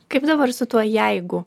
kaip dabar su tuo jeigu